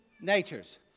natures